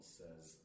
says